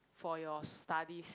for your studies